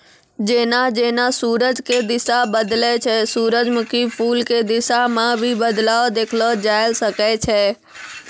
जेना जेना सूरज के दिशा बदलै छै सूरजमुखी फूल के दिशा मॅ भी बदलाव देखलो जाय ल सकै छै